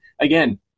Again